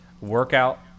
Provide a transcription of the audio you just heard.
workout